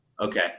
Okay